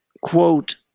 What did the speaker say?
quote